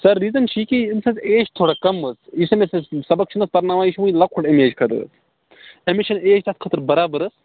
سَر reason چھُ یہِ کہِ أمِس حظ ایج تھوڑا کَم حظ یُس أمِس أسۍ سَبق چھِنہٕ حظ پَرٕناوان یہِ چھُ وُنہِ لۅکُٹ اَمہِ ایج خٲطرٕ أمِس چھَنہٕ ایج اَتھ خٲطرٕ بَرابر حظ